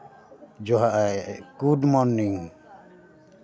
ᱡᱚᱦᱟᱨ good morning